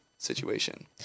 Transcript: situation